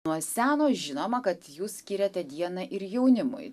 nuo seno žinoma kad jūs skiriate dieną ir jaunimui